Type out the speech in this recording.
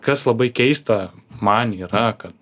kas labai keista man yra kad